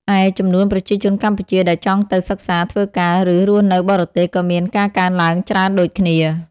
ឯ ចំនួនប្រជាជនកម្ពុជាដែលចង់ទៅសិក្សា ធ្វើការ ឬរស់នៅបរទេសក៏មានការកើនឡើងច្រើនដូចគ្នា។